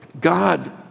God